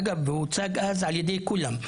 אגב הוא הוצג אז על ידי כולם.